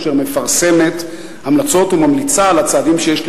אשר מפרסמת המלצות וממליצה על הצעדים שיש לנקוט,